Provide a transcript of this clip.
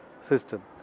system